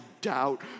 doubt